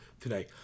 today